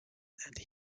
and